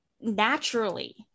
naturally